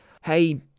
hey